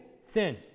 sin